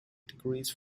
degrees